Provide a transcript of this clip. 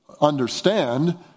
understand